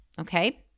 Okay